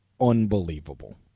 unbelievable